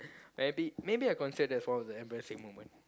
maybe maybe I consider that's one of the embarrassing moment